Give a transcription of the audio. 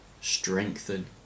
strengthen